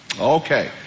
Okay